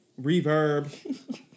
reverb